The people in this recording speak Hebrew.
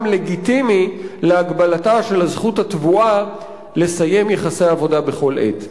לגיטימי להגבלתה של הזכות הטבועה לסיים יחסי עבודה בכל עת.